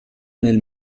nel